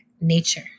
nature